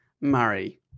Murray